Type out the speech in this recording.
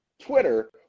Twitter